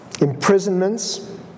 imprisonments